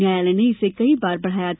न्यायालय ने इसे कई बार बढ़ाया था